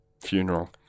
funeral